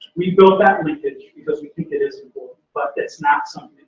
we built that linkage because we think it is important but it's not something